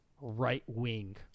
right-wing